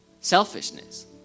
selfishness